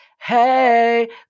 Hey